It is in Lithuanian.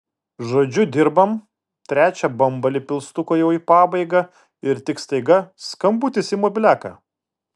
žodžiu dirbam trečią bambalį pilstuko jau į pabaigą ir tik staiga skambutis į mobiliaką